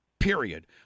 period